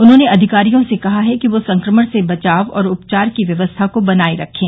उन्होंने अधिकारियों से कहा है कि वह संक्रमण से बचाव व उपचार की व्यवस्था को बनाए रखें